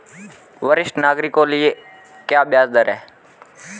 वरिष्ठ नागरिकों के लिए ब्याज दर क्या हैं?